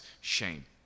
shame